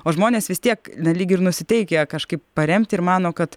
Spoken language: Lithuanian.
o žmonės vis tiek na lyg ir nusiteikę kažkaip paremti ir mano kad